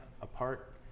apart